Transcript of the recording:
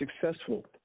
successful